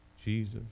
Jesus